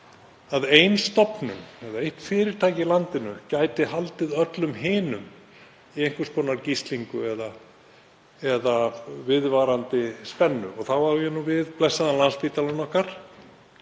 að ein stofnun eða eitt fyrirtæki í landinu gæti haldið öllum hinum í einhvers konar gíslingu eða viðvarandi spennu. Þá á ég við blessaðan Landspítalann okkar